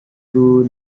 itu